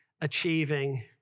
achieving